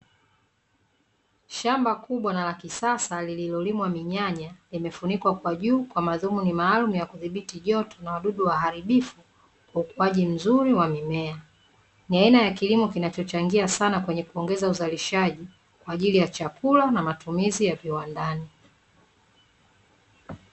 Shamba kubwa na la kisasa lililo limwa minyanya limefunikwa kwa juu kwa madhumuni maalumu ya kudhibiti joto na wadudu waharibifu kwa ukuaji mzuri wa mimea, ni aina ya kilimo kinacho changia sana kwenye kuongeza uzalishaji kwaajili ya chakula na matumizi ya viwandani.